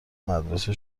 مدرسه